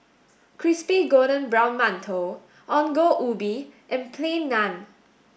crispy golden brown Mantou Ongol Ubi and Plain Naan